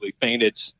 fainted